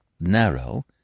narrow